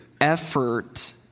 effort